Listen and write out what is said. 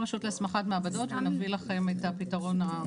עם הרשות להסמכת מעבדות ונביא לכם את הפתרון המוסכם.